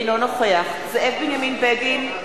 אינו נוכח זאב בנימין בגין,